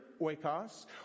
oikos